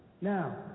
Now